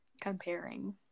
comparing